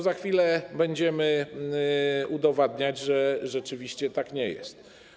Za chwilę będziemy udowadniać, że rzeczywiście tak nie jest.